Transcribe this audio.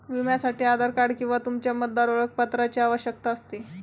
विम्यासाठी आधार कार्ड किंवा तुमच्या मतदार ओळखपत्राची आवश्यकता असते